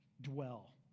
dwell